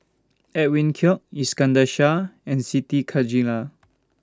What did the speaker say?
Edwin Koek Iskandar Shah and Siti Khalijah